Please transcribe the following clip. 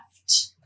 left